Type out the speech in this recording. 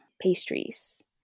pastries